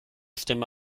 stimme